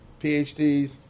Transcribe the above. PhDs